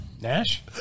Nash